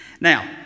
now